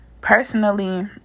personally